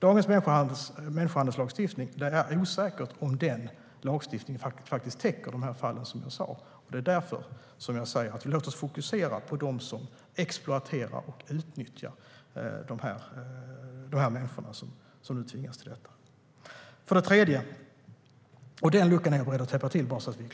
Det är osäkert om dagens människohandelslagstiftning täcker de fall som jag tog upp. Därför säger jag: Låt oss fokusera på dem som exploaterar och utnyttjar de människor som nu tvingas till detta. Den luckan är jag beredd att täppa till.